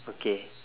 okay